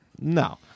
no